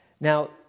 Now